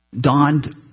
donned